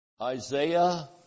Isaiah